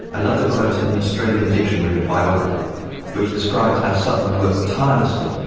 i love the quote in the australian dictionary of biography which describes how sutton worked tirelessly,